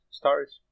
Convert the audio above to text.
stories